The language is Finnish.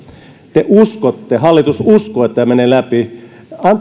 te uskotte ja hallitus uskoo että tämä menee läpi